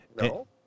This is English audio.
No